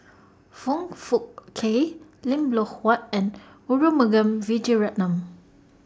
Foong Fook Kay Lim Loh Huat and Arumugam Vijiaratnam